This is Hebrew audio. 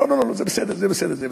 אמרה לנו: זה בסדר, זה בסדר, זה בסדר.